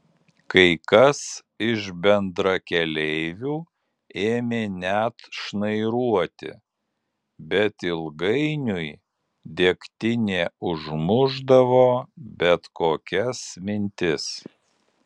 kai kas iš bendrakeleivių ėmė net šnairuoti bet ilgainiui degtinė užmušdavo bet kokias mintis